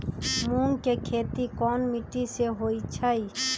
मूँग के खेती कौन मीटी मे होईछ?